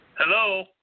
Hello